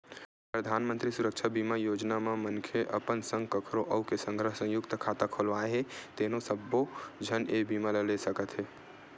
परधानमंतरी सुरक्छा बीमा योजना म मनखे अपन संग कखरो अउ के संघरा संयुक्त खाता खोलवाए हे तेनो सब्बो झन ए बीमा ल ले सकत हे